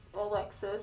Alexis